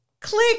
click